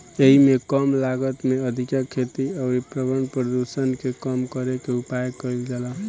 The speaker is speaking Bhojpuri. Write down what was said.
एइमे कम लागत में अधिका खेती अउरी पर्यावरण प्रदुषण के कम करे के उपाय कईल जाला